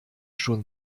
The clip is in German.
schon